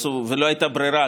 ולא הייתה ברירה,